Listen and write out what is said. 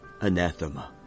Anathema